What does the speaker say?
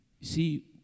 See